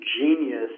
genius